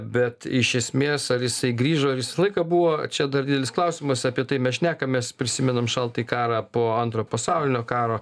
bet iš esmės ar jisai grįžo visą laiką buvo čia dar didelis klausimas apie tai mes šnekamės prisimenam šaltąjį karą po antrojo pasaulinio karo